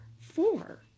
four